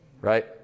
right